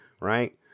Right